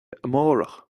amárach